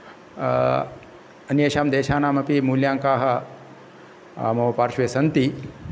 अन्येषां देशानामपि मूल्याङ्काः मम पार्श्वे सन्ति